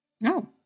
No